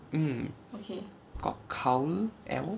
mm got scowl